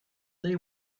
they